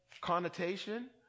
connotation